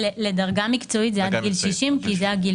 לדרגה מקצועית זה עד גיל 60 כי זה הגיל